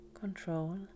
control